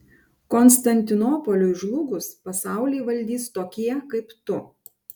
konstantinopoliui žlugus pasaulį valdys tokie kaip tu